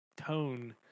tone